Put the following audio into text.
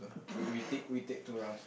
we we we take we take two rounds